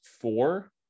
four